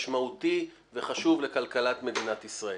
משמעותי וחשוב לכלכלת מדינת ישראל.